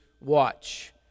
watch